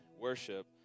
worship